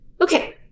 Okay